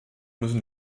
müssen